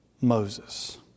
Moses